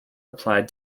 applied